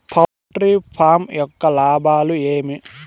poultry farm యొక్క లాభాలు ఏమి